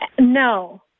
No